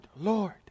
Lord